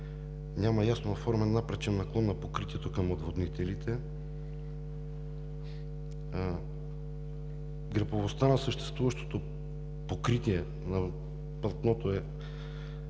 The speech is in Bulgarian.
няма ясно оформен напречен наклон на покритието към отводнителите, грапавостта на съществуващото покритие на платното